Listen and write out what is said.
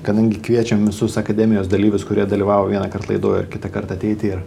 kadangi kviečiam visus akademijos dalyvius kurie dalyvavo vienąkart laidoj ir kitą kartą ateiti ir